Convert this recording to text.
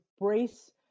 embrace